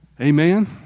Amen